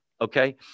Okay